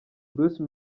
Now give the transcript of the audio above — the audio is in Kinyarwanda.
bruce